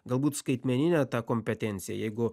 galbūt skaitmeninę tą kompetenciją jeigu